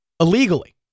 illegally